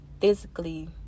Physically